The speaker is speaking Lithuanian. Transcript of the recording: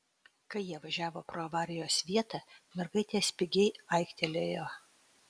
kai jie važiavo pro avarijos vietą mergaitė spigiai aiktelėjo